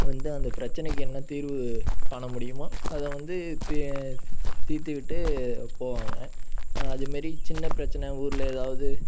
வந்து அந்த பிரச்சனைக்கு என்ன தீர்வு காண முடியுமோ அதை வந்து தி தீர்த்திவிட்டு போவாங்க அதுமாரி சின்ன பிரச்சனை ஊரில் ஏதாவுது